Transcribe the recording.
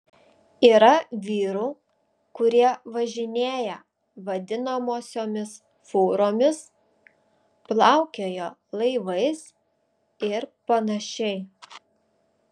yra vyrų kurie važinėja vadinamosiomis fūromis plaukioja laivais ir panašiai